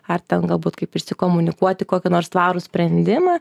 ar ten galbūt kaip išsikomunikuoti kokį nors tvarų sprendimą